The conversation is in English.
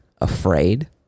afraid